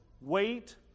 wait